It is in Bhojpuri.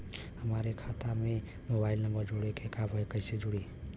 हमारे खाता मे मोबाइल नम्बर जोड़े के बा कैसे जुड़ी?